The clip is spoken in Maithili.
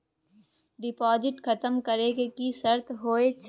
डिपॉजिट खतम करे के की सर्त होय छै?